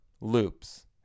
loops